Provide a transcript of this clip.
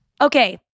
Okay